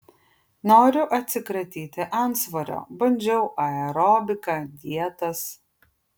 noriu atsikratyti antsvorio bandžiau aerobiką dietas